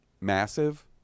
Massive